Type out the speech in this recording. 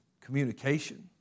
communication